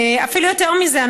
אפילו יותר מזה.